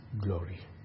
glory